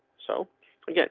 so again.